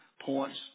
points